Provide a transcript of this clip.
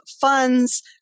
funds